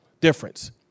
difference